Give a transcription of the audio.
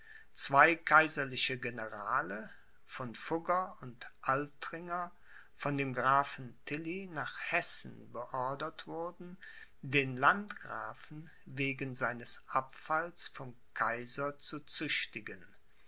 zwei kaiserliche generale von fugger und altringer von dem grafen tilly nach hessen beordert wurden den landgrafen wegen seines abfalls vom kaiser zu züchtigen